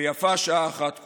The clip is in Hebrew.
ויפה שעה אחת קודם.